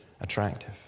attractive